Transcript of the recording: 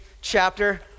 chapter